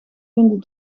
vinden